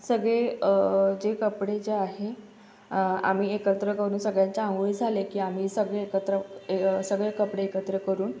सगळे जे कपडे जे आहे आम्ही एकत्र करुन सगळ्यांच्या आंघोळी झाल्या की आम्ही सगळे एकत्र ए सगळे कपडे एकत्र करुन